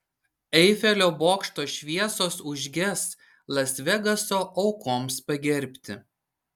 eifelio bokšto šviesos užges las vegaso aukoms pagerbti